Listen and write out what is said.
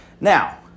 Now